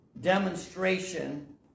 demonstration